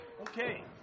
Okay